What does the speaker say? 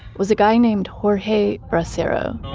was a guy named jorge bracero.